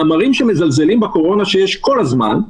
מאמרים שמזלזלים בקורונה ומתפרסמים כל הזמן,